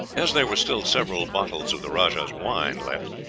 as there were still several bottles of the rajah's wine left,